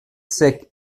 sec